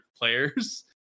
players